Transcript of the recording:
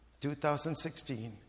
2016